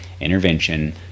intervention